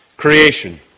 Creation